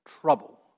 trouble